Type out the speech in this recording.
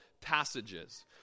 passages